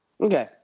Okay